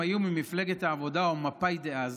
הם היו ממפלגת העבודה או מפא"י דאז,